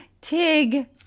Tig